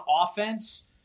offense